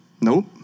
nope